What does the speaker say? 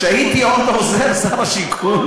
כשהייתי עוד עוזר שר השיכון,